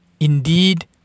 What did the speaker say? Indeed